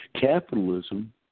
capitalism